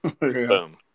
boom